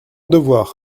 devoir